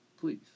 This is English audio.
Please